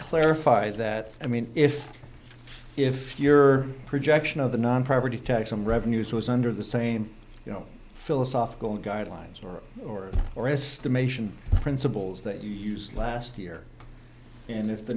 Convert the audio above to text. clarify that i mean if if your projection of the non property tax revenues was under the same you know philosophical guidelines or or or estimation principles that you use last year and if the